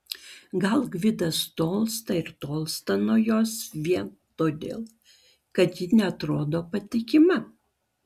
gal gvidas tolsta ir tolsta nuo jos vien todėl kad ji neatrodo patikima